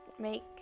Make